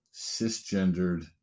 cisgendered